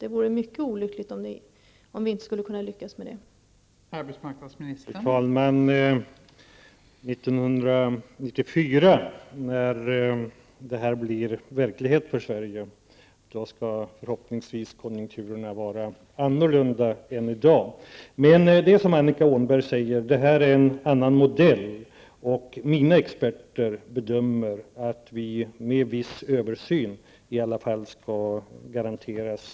Det vore mycket olyckligt om vi inte lyckades med detta.